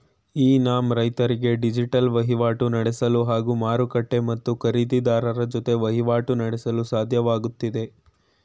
E NAM ರೈತರಿಗೆ digital ವಹಿವಾಟು ನಡೆಸಲು ಹಾಗೂ ಮಾರುಕಟ್ಟೆ ಮತ್ತು ಖರೀದಿರಾರರ ಜೊತೆ ವಹಿವಾಟು ನಡೆಸಲು ಸಾಧ್ಯವಾಗ್ತಿದೆ